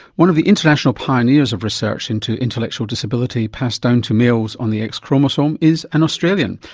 one of the international pioneers of research into intellectual disability passed down to males on the x chromosome is an australian,